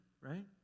right